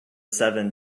seven